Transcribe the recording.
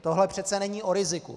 Tohle přece není o riziku.